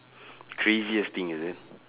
craziest thing is it